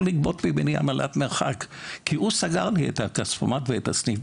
לגבות ממני עמלת מרחק כי הוא סגר לי את הכספומט ואת הסניף.